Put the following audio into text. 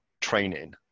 training